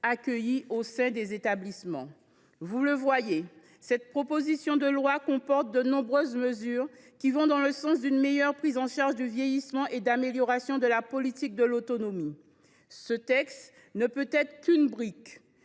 accueilli au sein des établissements. Vous le voyez, mes chers collègues, cette proposition de loi comporte de nombreuses mesures qui vont dans le sens d’une meilleure prise en charge du vieillissement et d’une amélioration de la politique de l’autonomie. Ce texte n’est peut être qu’une brique,